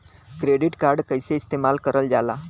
Credit card कईसे इस्तेमाल करल जाला?